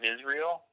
Israel